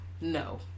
no